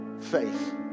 faith